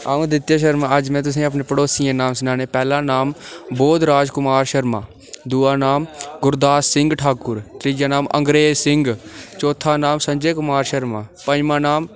अ'ऊं अदित्य शर्मा अज्ज में तुसेंई अपने पड़ोसियें दे नांऽ सनाने पैह्ला नाम बोध राज कुमार शर्मा दूआ नाम गुरदास सिंह ठाकुर त्रीआ नाम अंग्रेज सिंह चौथा नाम संजय कुमार शर्मा पंजमां नाम